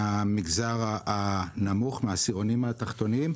מהעשירונים התחתונים,